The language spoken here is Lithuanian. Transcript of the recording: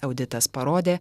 auditas parodė